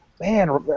man